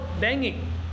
banging